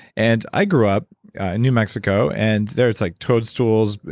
and i grew up new mexico and there it's like toadstools,